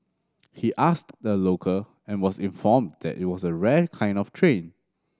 he asked the local and was informed that it was a rare kind of train